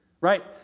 right